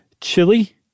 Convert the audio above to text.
Chili